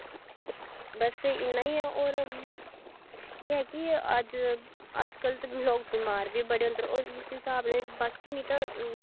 बस इन्ना ई ऐ और एह् ऐ की अज्ज अज कल ते लोग बमार बी बड़े होंदे न और इस हिसाब दे बाकी नेंई तां